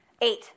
Eight